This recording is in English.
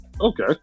Okay